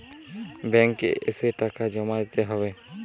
Bank এ এসে টাকা জমা দিতে হবে?